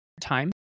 time